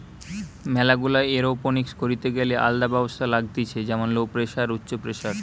ম্যালা গুলা এরওপনিক্স করিতে গ্যালে আলদা ব্যবস্থা লাগতিছে যেমন লো প্রেসার, উচ্চ প্রেসার